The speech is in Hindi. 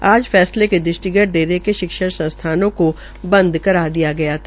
आज फैसले के दृष्गित डेरे के शिक्षण संस्थानों को बंद करा दिया गया था